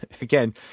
again